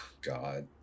God